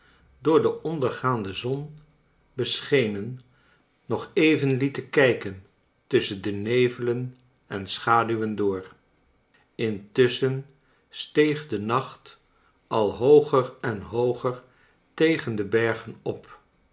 door de ondergaande zon beschenen nog even lieten kijken tusschen de nevelen en schaduwen door intusschen steeg de nacht al hooger en hooger tegen de bergen op